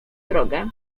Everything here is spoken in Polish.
drogę